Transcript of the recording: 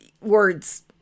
Words